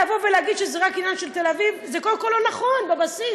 לבוא ולהגיד שזה רק עניין של תל-אביב זה קודם כול לא נכון בבסיס.